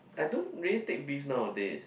I don't really take beef nowadays